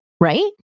right